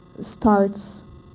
starts